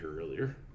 earlier